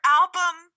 album